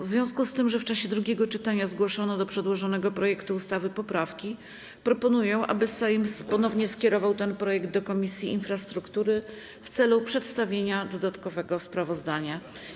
W związku z tym, że w czasie drugiego czytania zgłoszono do przedłożonego projektu ustawy poprawki, proponuję, aby Sejm ponownie skierował ten projekt do Komisji Infrastruktury w celu przedstawienia dodatkowego sprawozdania.